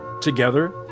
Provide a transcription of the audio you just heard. Together